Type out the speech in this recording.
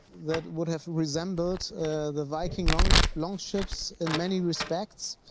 that would have resembled the viking long, long ships in many respects.